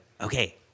Okay